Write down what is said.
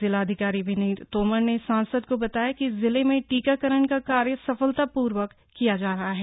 जिलाधिकारी विनीत तोमर ने सांसद को बताया कि जिले में टीकाकरण का कार्य सफलतापूर्वक किया जा रहा है